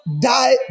die